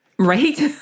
Right